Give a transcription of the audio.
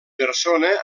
persona